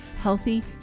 healthy